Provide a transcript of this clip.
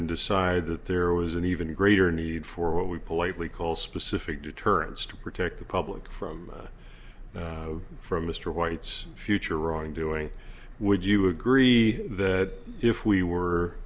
and decide that there was an even greater need for what we politely call specific deterrence to protect the public from from mr white's future wrongdoing would you agree that if we were